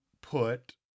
put